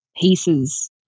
pieces